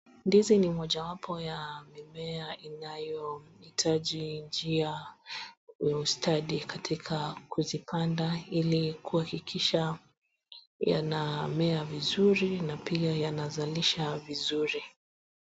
Ndizi ni mojawapo ya mimea inayohitaji njia stadi katika kuzipanda ili kuhakikisha yanamea vizuri na pia yanazalisha vizuri.